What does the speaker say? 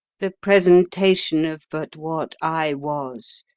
the presentation of but what i was,